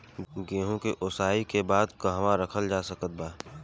गेहूँ के ओसाई के बाद कहवा रखल जा सकत बा?